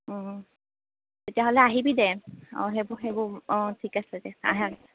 তেতিয়াহ'লে আহিবি দে অঁ সেইবোৰ সেইবোৰ অঁ ঠিক আছে দে আহ আহ